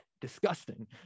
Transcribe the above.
disgusting